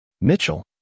Mitchell